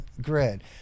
grid